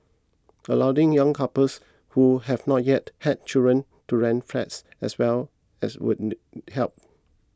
allowing young couples who have not yet had children to rent flats as well as would help